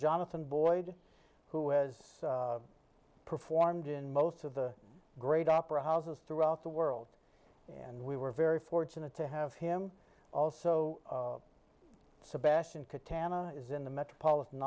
jonathan boyd who has performed in most of the great opera houses throughout the world and we were very fortunate to have him also sebastian catan a is in the metropolitan